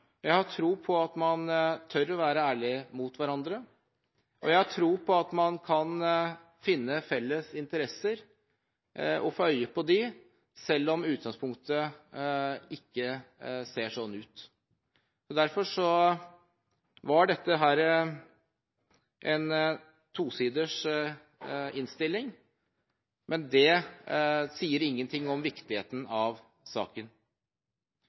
jeg har tro på at man tør å være ærlige mot hverandre, og jeg har tro på at man kan finne felles interesser og få øye på dem, selv om utgangspunktet ikke ser sånn ut. Derfor var dette en tosiders innstilling, men det sier ingenting om viktigheten av saken.